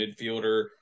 midfielder